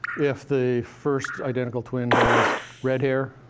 if the first identical twin has red hair,